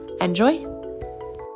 Enjoy